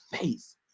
face